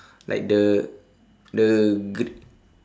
like the the